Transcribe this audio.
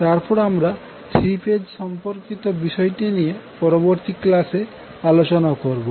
তারপর আমরা 3 ফেজ সম্পর্কিত বিষয়টি নিয়ে পরবর্তী ক্লাসে আলোচনা করবো